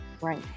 Right